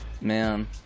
Man